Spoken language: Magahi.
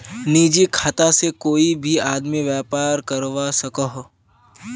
निजी खाता से कोए भी आदमी व्यापार करवा सकोहो